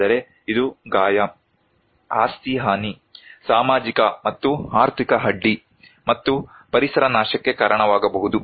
ಆದರೆ ಇದು ಗಾಯ ಆಸ್ತಿ ಹಾನಿ ಸಾಮಾಜಿಕ ಮತ್ತು ಆರ್ಥಿಕ ಅಡ್ಡಿ ಮತ್ತು ಪರಿಸರ ನಾಶಕ್ಕೆ ಕಾರಣವಾಗಬಹುದು